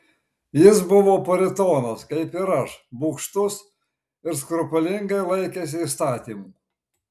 jis buvo puritonas kaip ir aš bugštus ir skrupulingai laikėsi įstatymų